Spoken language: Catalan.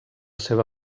seva